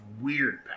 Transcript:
weird